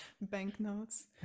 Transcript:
banknotes